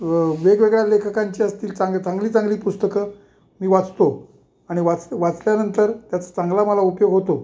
हे वेगवेगळ्या लेखकांची असतील चांग चांगली चांगली पुस्तकं मी वाचतो आणि वाच वाचल्यानंतर त्याचा चांगला मला उपयोग होतो